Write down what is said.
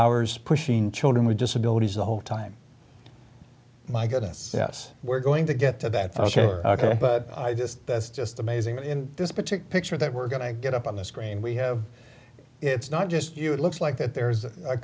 hours pushing children with disabilities the whole time my goodness yes we're going to get to that ok ok but i just that's just amazing in this particular picture that we're going to get up on the screen we have it's not just you it looks like that there's